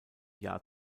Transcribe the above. jahr